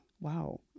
Wow